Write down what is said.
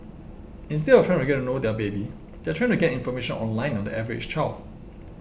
instead of trying to get to know their baby they are trying to get information online on the average child